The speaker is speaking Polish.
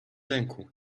ręku